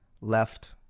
left